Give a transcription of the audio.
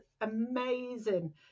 amazing